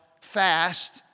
fast